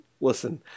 listen